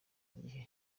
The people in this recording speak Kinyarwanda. igihe